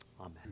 Amen